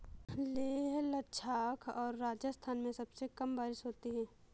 लेह लद्दाख और राजस्थान में सबसे कम बारिश होती है